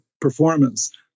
performance